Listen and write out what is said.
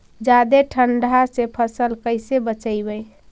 जादे ठंडा से फसल कैसे बचइबै?